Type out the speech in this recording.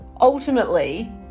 ultimately